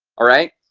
alright,